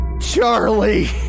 Charlie